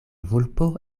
vulpo